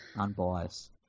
Unbiased